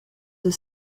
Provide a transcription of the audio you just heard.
the